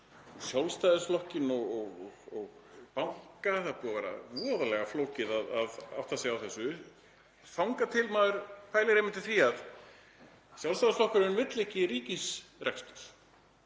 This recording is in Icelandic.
Sjálfstæðisflokkinn og banka. Það er búið að vera voðalega flókið að átta sig á þessu þangað til maður pælir í því að Sjálfstæðisflokkurinn vill ekki ríkisrekstur,